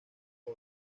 pau